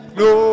no